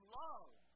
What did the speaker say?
love